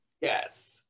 Yes